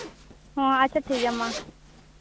ᱦᱮᱸ ᱟᱪᱪᱷᱟ ᱴᱷᱤᱠ ᱜᱮᱭᱟ ᱢᱟ